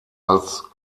als